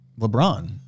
LeBron